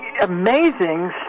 amazing